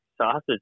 sausage